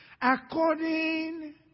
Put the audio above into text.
According